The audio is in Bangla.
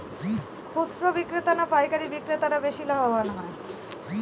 খুচরো বিক্রেতা না পাইকারী বিক্রেতারা বেশি লাভবান হয়?